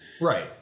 Right